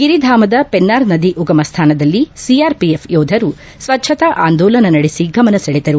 ಗಿರಿಧಾಮದ ಪೆನ್ವಾರ್ ನದಿ ಉಗಮ ಸ್ವಾನದಲ್ಲಿ ಸಿಆರ್ಪಿಎಫ್ ಯೋಧರು ಸ್ವಚ್ಯತಾ ಆಂದೋಲನ ನಡೆಸಿ ಗಮನ ಸೆಳೆದರು